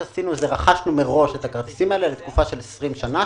רכשנו מראש את הכרטיסים האלה לתקופה של עשרים שנה,